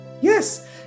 Yes